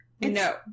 No